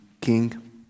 king